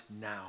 now